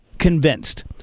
convinced